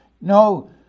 No